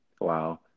Wow